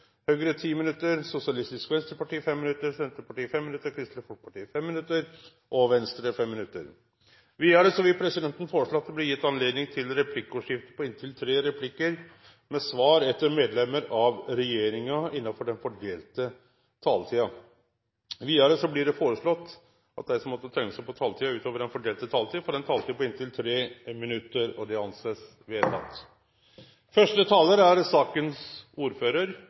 Høgre 10 minutt, Sosialistisk Venstreparti 5 minutt, Senterpartiet 5 minutt, Kristeleg Folkeparti 5 minutt og Venstre 5 minutt. Vidare vil presidenten føreslå at det blir gjeve høve til replikkordskifte på inntil tre replikkar med svar etter innlegg frå medlemer av regjeringa innanfor den fordelte taletida. Vidare vil presidenten føreslå at dei som måtte teikne seg på talarlista utover den fordelte taletida, får ei taletid på inntil 3 minutt. – Det er